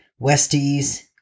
Westies